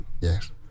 Yes